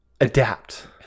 adapt